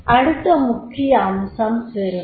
அடுத்த முக்கிய அம்சம் பெருமை